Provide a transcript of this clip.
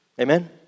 Amen